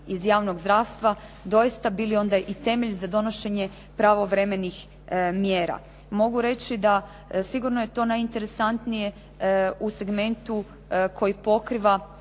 iz javnog zdravstva doista bili onda i temelj za donošenje pravovremenih mjera. Mogu reći da sigurno je to najinteresantnije u segmentu koji pokriva